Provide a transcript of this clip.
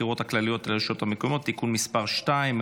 הבחירות הכלליות לרשויות המקומיות (תיקון מס' 2),